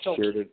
shared